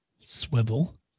swivel